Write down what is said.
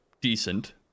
decent